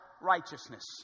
righteousness